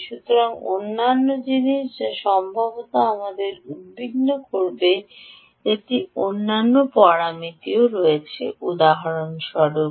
সুতরাং অন্যান্য জিনিস যা সম্ভবত আমাদের উদ্বিগ্ন হতে হবে এটি অন্যান্য পরামিতি রয়েছে উদাহরণস্বরূপ